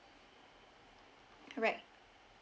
right